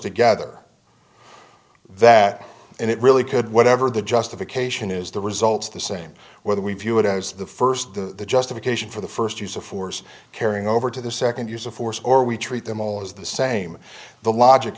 together that it really could whatever the justification is the results the same whether we view it as the first the justification for the first use of force carrying over to the second use of force or we treat them all as the same the logic